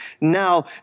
now